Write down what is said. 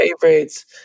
favorites